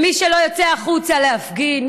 ומי שלא יצא החוצה להפגין,